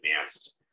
advanced